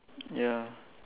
ya